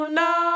no